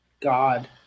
god